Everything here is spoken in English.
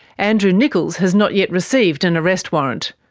andrew nickolls has not yet received an arrest warrant.